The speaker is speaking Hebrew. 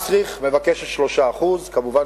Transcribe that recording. מסטריכט מבקשת 3% כמובן,